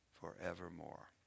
forevermore